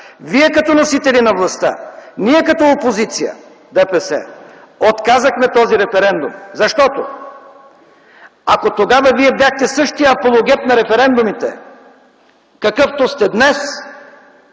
Вие като носители на властта, ние като опозиция – ДПС, отказахме този референдум, защото ако тогава вие бяхте същият апологет на референдумите, какъвто сте днес,